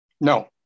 No